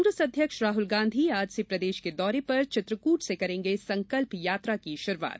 कांग्रेस अध्यक्ष राहुल गांधी आज से प्रदेश के दौरे पर चित्रकुट से करेंगे संकल्प यात्रा की शुरूआत